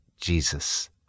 Jesus